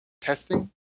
testing